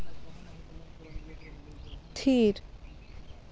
ᱛᱷᱤᱨ